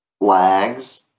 lags